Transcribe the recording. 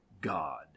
God